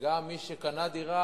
וגם מי שקנה דירה,